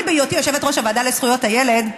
אני זוכרת שבהיותי יושבת-ראש הוועדה לזכויות הילד,